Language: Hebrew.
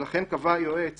ולכן קבע היועץ